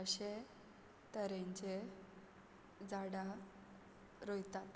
अशे तरेचे झाडां रोयतात